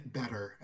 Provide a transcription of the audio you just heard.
better